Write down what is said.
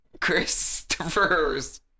Christopher's